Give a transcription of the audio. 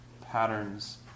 patterns